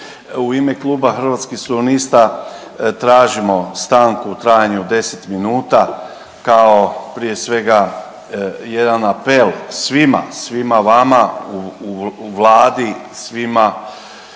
U ime kluba Hrvatskih suverenista tražimo stanku u trajanju od 10 minuta kao prije svega jedan apel svima, svima vama u Vladi, svima